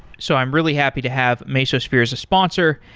so i'm really happy to have mesosphere as a sponsor,